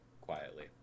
quietly